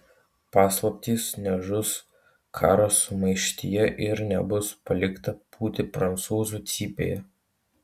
paslaptis nežus karo sumaištyje ir nebus palikta pūti prancūzų cypėje